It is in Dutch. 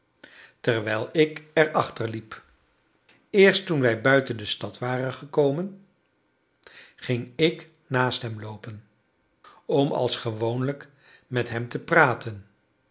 terwijl ik er achter liep eerst toen wij buiten de stad waren gekomen ging ik naast hem loopen om als gewoonlijk met hem te praten